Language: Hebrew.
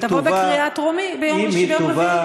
אם הוא תובא, לקריאה טרומית, שתובא ביום רביעי.